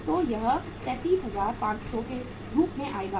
तो यह 37500 के रूप में आएगा है